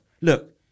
look